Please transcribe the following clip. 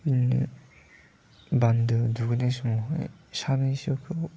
बिदिनो बान्दोआव दुगैनाय समावहाय सानैसोखौ